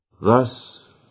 Thus